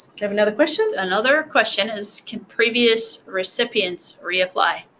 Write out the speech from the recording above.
have another question? another question is can previous recipients reapply?